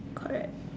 correct